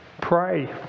pray